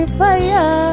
fire